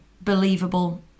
believable